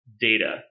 data